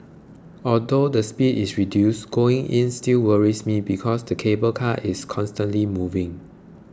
although the speed is reduced going in still worries me because the cable car is constantly moving